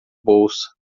bolsa